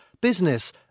business